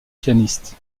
pianiste